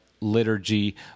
liturgy